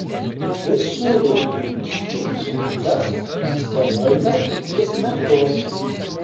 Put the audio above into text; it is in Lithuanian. visureigio dydžio zondas asteroidą lydės metus